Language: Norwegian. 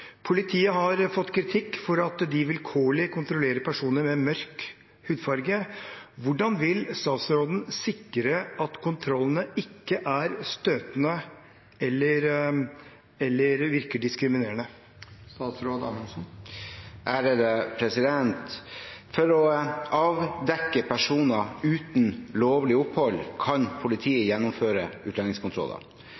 Politiet har fått kritikk for at de vilkårlig kontrollerer personer med mørk hudfarge. Hvordan vil statsråden sikre at kontrollene ikke er støtende eller diskriminerende?» For å avdekke personer uten lovlig opphold kan politiet